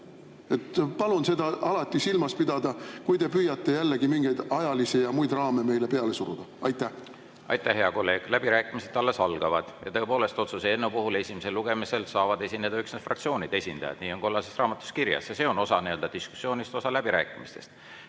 Palun seda alati silmas pidada, kui te püüate jällegi mingeid ajalisi raame meile peale suruda. Aitäh, hea kolleeg! Läbirääkimised alles algavad. Tõepoolest, otsuse eelnõu puhul esimesel lugemisel saavad esineda üksnes fraktsioonide esindajad. Nii on kollases raamatus kirjas ja see on osa diskussioonist, osa läbirääkimistest.